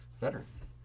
veterans